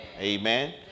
Amen